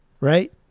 right